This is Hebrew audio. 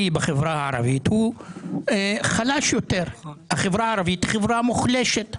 הערבית היא חברה מוחלשת.